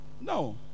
No